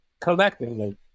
collectively